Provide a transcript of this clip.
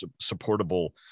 supportable